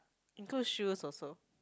include shoes also